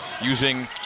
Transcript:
using